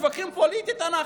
מתווכחים פוליטית אנחנו.